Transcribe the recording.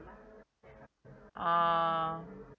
uh